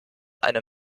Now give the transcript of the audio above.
eine